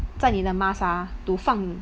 在你的 mask ah to 放